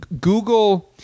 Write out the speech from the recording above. Google